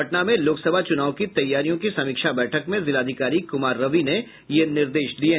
पटना में लोकसभा चुनाव की तैयारियों की समीक्षा बैठक में जिलाधिकारी कुमार रवि ने ये निर्देश दिये